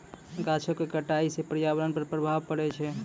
गाछो क कटाई सँ पर्यावरण पर प्रभाव पड़ै छै